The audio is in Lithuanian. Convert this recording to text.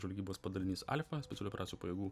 žvalgybos padalinys alfa specialiųjų operacijų pajėgų